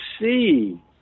see